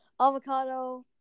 Avocado